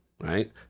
right